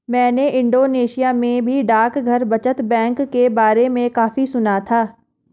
मैंने इंडोनेशिया में भी डाकघर बचत बैंक के बारे में काफी सुना था